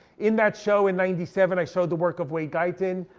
in that show in ninety seven, i showed the work of wade guyton,